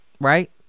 right